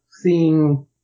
seeing